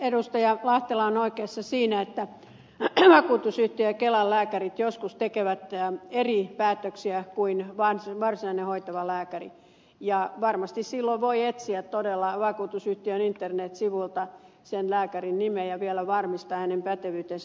lahtela on oikeassa siinä että vakuutusyhtiöiden ja kelan lääkärit joskus tekevät eri päätöksiä kuin varsinainen hoitava lääkäri ja varmasti silloin voi todella etsiä vakuutusyhtiön internet sivuilta sen lääkärin nimen ja vielä varmistaa hänen pätevyytensä